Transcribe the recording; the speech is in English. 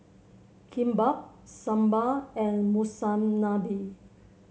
Kimbap Sambar and Monsunabe